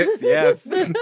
Yes